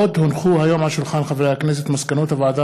עוד הונחו היום על שולחן הכנסת מסקנות הוועדה